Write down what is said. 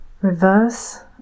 Reverse